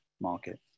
market